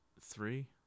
Three